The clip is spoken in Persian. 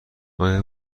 آیا